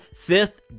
Fifth